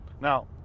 Now